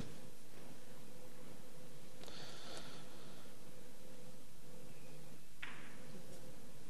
ההצעה להעביר את הנושא לוועדת החוץ והביטחון נתקבלה.